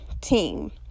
team